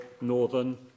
Northern